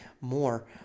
more